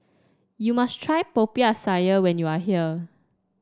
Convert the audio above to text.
you must try Popiah Sayur when you are here